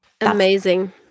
Amazing